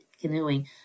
canoeing